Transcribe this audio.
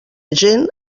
gent